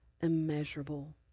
immeasurable